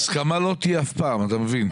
הסכמה לא תהיה אף פעם, אתה מבין.